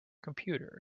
computer